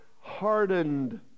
hardened